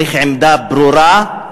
צריך עמדה ברורה.